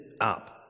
up